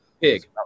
pig